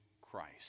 Christ